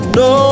no